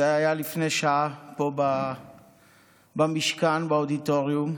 זה היה לפני שעה פה במשכן, באודיטוריום.